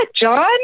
John